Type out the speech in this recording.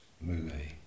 movie